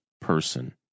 person